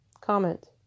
Comment